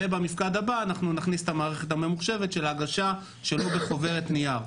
ובמפקד הבא אנחנו נכניס את המערכת הממוחשבת של ההגשה ולא בחוברת נייר.